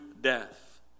death